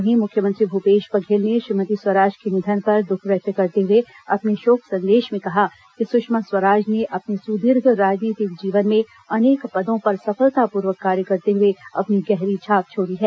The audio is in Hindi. वहीं मुख्यमंत्री भूपेश बर्घेल ने श्रीमती स्वराज के निधन पर दुख व्यक्त करते हुए अपने शोक संदेश में कहा कि सुषमा स्वराज ने अपने सुदीर्घ राजनीतिक जीवन में अनेक पदों पर सफलतापूर्वक कार्य करते हुए अपनी गहरी छाप छोड़ी है